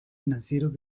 financieros